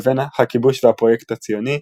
לבין "הכיבוש והפרויקט הציוני",